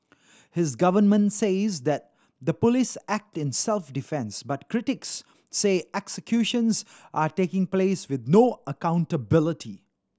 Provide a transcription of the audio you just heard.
his government says that the police act in self defence but critics say executions are taking place with no accountability